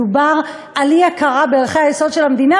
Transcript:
מדובר על אי-הכרה בערכי היסוד של המדינה,